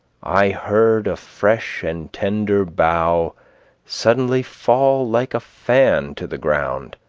i heard a fresh and tender bough suddenly fall like a fan to the ground,